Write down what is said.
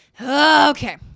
Okay